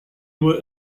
were